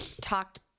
talked